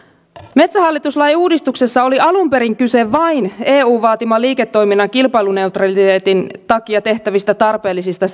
metsähallitus lain uudistuksessa oli alun perin kyse vain eun vaatiman liiketoiminnan kilpailuneutraliteetin takia tehtävistä tarpeellisista